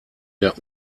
der